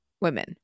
women